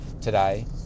today